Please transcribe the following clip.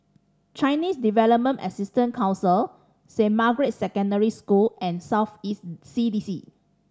Chinese Development Assistance Council Saint Margaret's Secondary School and South East C D C